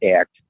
Act